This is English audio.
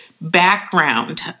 background